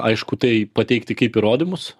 aišku tai pateikti kaip įrodymus